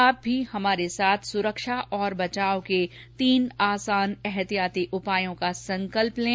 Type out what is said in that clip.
आप भी हमारे साथ सुरक्षा और बचाव के तीन आसान एहतियाती उपायों का संकल्प लें